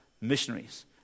missionaries